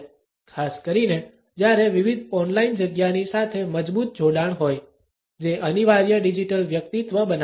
ખાસ કરીને જ્યારે વિવિધ ઓનલાઇન જગ્યાની સાથે મજબૂત જોડાણ હોય જે અનિવાર્ય ડિજિટલ વ્યક્તિત્વ બનાવે છે